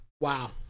Wow